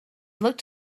looked